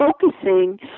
focusing